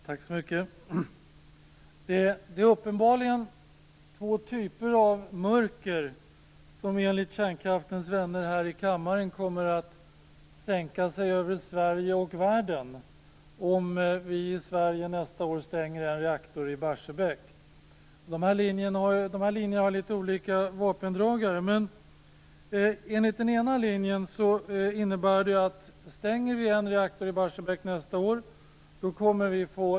Fru talman! Det är uppenbarligen två typer av mörker som enligt kärnkraftens vänner här i kammaren kommer att sänka sig över Sverige och världen om vi i Sverige nästa år stänger en reaktor i Barsebäck. De här linjerna har litet olika vapendragare. Enligt den ena linjen kommer vi att få elbrist i Sverige om vi stänger en reaktor i Barsebäck nästa år.